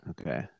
Okay